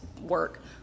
work